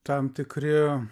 tam tikri